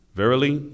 verily